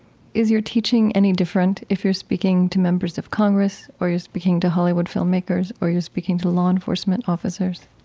is your teaching any different if you're speaking to members of congress, or you're speaking to hollywood filmmakers, or you're speaking to law enforcement officers?